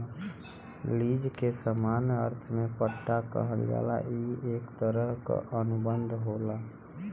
lease के सामान्य अर्थ में पट्टा कहल जाला ई एक तरह क अनुबंध होला